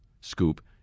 Scoop